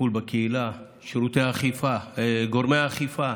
טיפול בקהילה, גורמי האכיפה.